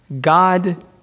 God